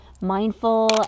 mindful